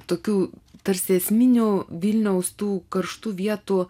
tokių tarsi esminių vilniaus tų karštų vietų